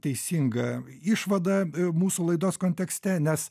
teisinga išvada mūsų laidos kontekste nes